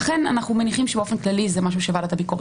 לכן אנחנו מניחים שבאופן כללי זה משהו שוועדת הביקורת